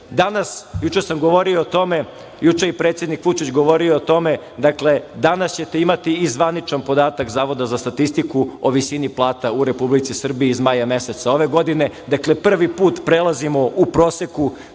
godinu. Juče sam govorio o tome. Juče je i predsednik Vučić govorio o tome. Danas ćete imati i zvaničan podatak Zavoda za statistiku o visini plata u Republici Srbiji iz maja meseca ove godine. Dakle, prvi put prelazimo u proseku